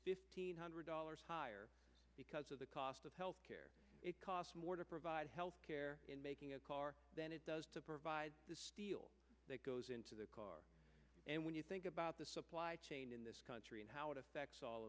fifteen hundred dollars higher because of the cost of health care it costs more to provide health care in making a car than it does to provide the steel that goes into the car and when you think about the supply chain in this country and how it affects all